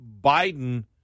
Biden